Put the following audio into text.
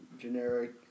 generic